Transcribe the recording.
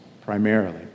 primarily